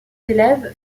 élèves